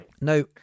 Now